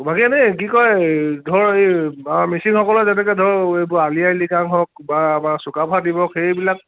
বাকী ইনেই কি কয় ধৰক এই আমাৰ মিচিংসকলৰ যেনেকৈ ধৰক এইবোৰ আলি আই লৃগাং হওক বা আমাৰ চুকাফা দিৱস সেইবিলাক